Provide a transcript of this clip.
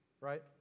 right